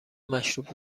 مشروب